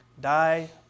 die